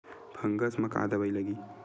Fungus म का दवाई लगी?